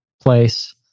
place